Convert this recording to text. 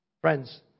Friends